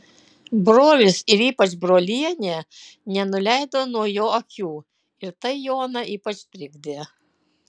brolis ir ypač brolienė nenuleido nuo jo akių ir tai joną ypač trikdė